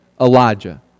Elijah